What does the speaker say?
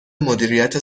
مدیریت